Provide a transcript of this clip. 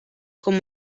com